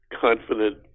confident